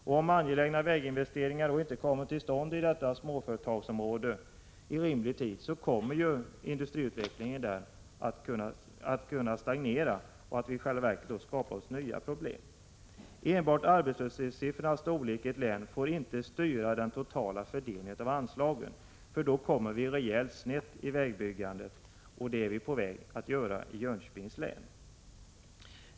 Om nu angelägna väginvesteringar inte kommer till stånd i rimlig tid i detta småföretagsområde kommer industriutvecklingen där att stagnera och vi skapar oss i själva verket nya problem. Enbart arbetslöshetssiffrornas storlek iett län får inte styra den totala fördelningen av anslaget. Då kommer vi rejält snett i vägbyggandet, och det är vi på väg att göra i Jönköpings län.